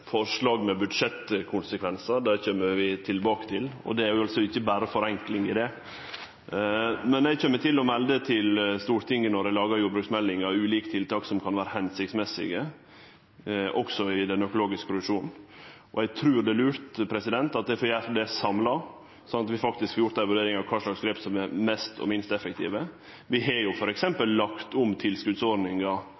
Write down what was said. Forslag med budsjettkonsekvensar kjem vi tilbake til, og det ligg ikkje berre forenkling i det. Men eg kjem til å melde til Stortinget, når eg lagar jordbruksmeldinga, ulike tiltak som kan vere hensiktsmessige også i den økologiske produksjonen. Og eg trur det er lurt at eg får gjere det samla, slik at vi faktisk får vurdert kva slags grep som er mest og minst effektive. Vi har f.eks. lagt om tilskotsordninga innanfor økologisk produksjon, ikkje berre for